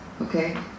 Okay